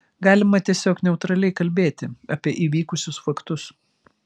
galima tiesiog neutraliai kalbėti apie įvykusius faktus